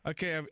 Okay